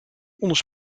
ons